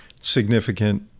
significant